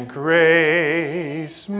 grace